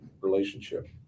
relationship